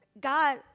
God